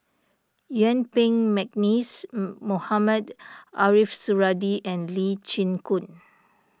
Yuen Peng McNeice Mohamed Ariff Suradi and Lee Chin Koon